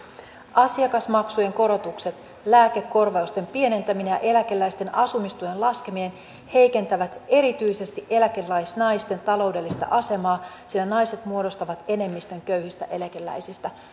asiakasmaksujen korotukset lääkekorvausten pienentäminen ja eläkeläisten asumistuen laskeminen heikentävät erityisesti eläkeläisnaisten taloudellista asemaa sillä naiset muodostavat enemmistön köyhistä eläkeläisistä